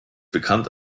bekannt